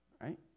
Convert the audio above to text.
right